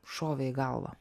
šovė į galvą